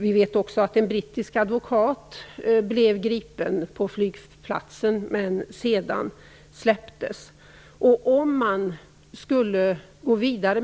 Vi vet också att en brittisk advokat blev gripen på flygplatsen, men släpptes sedan.